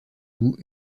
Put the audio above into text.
loup